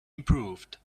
improved